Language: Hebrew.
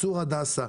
צור הדסה,